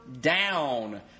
down